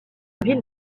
ville